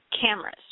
cameras